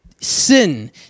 sin